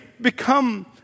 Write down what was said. become